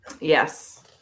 Yes